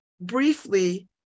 briefly